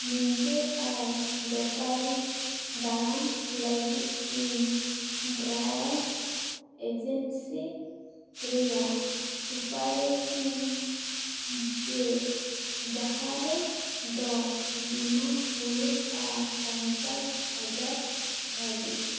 ᱱᱤᱡᱮ ᱟᱨ ᱵᱮᱯᱟᱨᱤ ᱫᱟᱲᱟᱱ ᱞᱟᱜᱤᱫ ᱤᱧ ᱰᱨᱮ ᱮᱡᱮᱱᱥᱤ ᱨᱮᱭᱟᱜ ᱥᱩᱯᱟᱨᱤᱥ ᱤᱧ ᱡᱮ ᱡᱟᱦᱟᱨᱮ ᱫᱚ ᱵᱤᱢᱟ ᱦᱩᱭᱩᱜᱼᱟ ᱯᱚᱧᱪᱟᱥ ᱦᱟᱡᱟᱨ ᱫᱷᱟ ᱵᱤᱡ